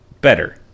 better